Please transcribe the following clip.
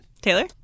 Taylor